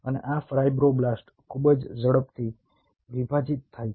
અને આ ફાઇબ્રોબ્લાસ્ટ્સ ખૂબ જ ઝડપથી વિભાજિત થાય છે